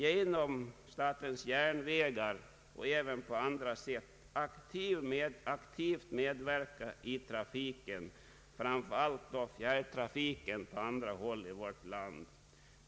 Genom statens järnvägar och även på andra sätt medverkar staten aktivt, framför allt i fjärrtrafiken, på andra håll i vårt land.